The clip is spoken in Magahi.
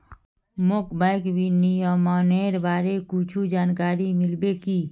मोक बैंक विनियमनेर बारे कुछु जानकारी मिल्बे की